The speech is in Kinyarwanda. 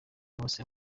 bose